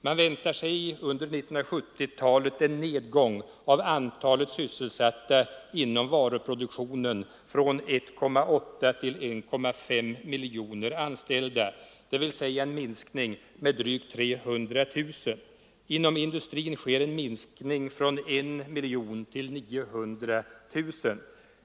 Man väntar sig under 1970-talet en nedgång av antalet sysselsatta inom varuproduktionen från 1,8 till 1,5 miljoner, dvs. en minskning med drygt 300 000. Inom industrin sker en minskning från 1 miljon till 900 000.